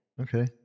Okay